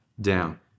down